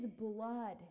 blood